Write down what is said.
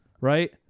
Right